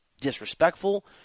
disrespectful